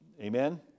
Amen